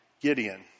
Gideon